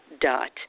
dot